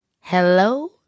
Hello